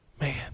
Man